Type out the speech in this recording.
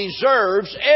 deserves